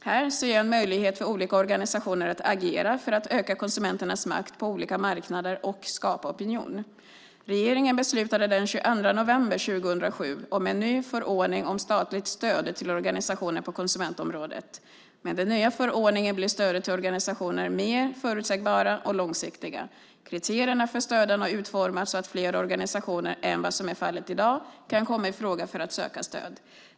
Här ser jag en möjlighet för olika organisationer att agera för att öka konsumenternas makt på olika marknader och skapa opinion. Regeringen beslutade den 22 november 2007 om en ny förordning om statligt stöd till organisationer på konsumentområdet. Med den nya förordningen blir stöden till organisationerna mer förutsägbara och långsiktiga. Kriterierna för stöden har utformats så att fler organisationer än i dag kan komma i fråga för att söka stöd.